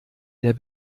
der